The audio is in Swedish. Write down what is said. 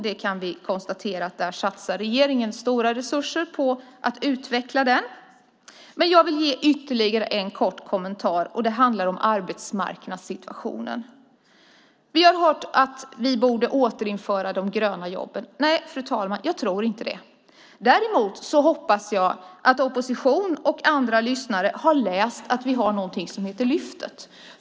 Vi kan konstatera att regeringen satsar stora resurser på att utveckla den. Men jag vill ge ytterligare en kort kommentar, och det handlar om arbetsmarknadssituationen. Vi har hört att vi borde återinföra de gröna jobben. Nej, fru ålderspresident, jag tror inte det. Däremot hoppas jag att opposition och andra lyssnare har läst att vi har någonting som heter Lyftet.